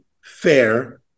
fair